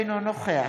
אינו נוכח